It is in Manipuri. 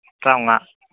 ꯇ꯭ꯔꯥꯉꯥ